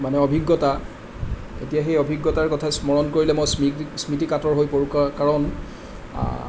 মানে অভিজ্ঞতা এতিয়া সেই অভিজ্ঞতাৰ কথা স্মৰণ কৰিলে মই স্মৃতি স্মৃতিকাতৰ হৈ পৰোঁ কা কাৰণ